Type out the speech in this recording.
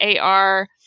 ar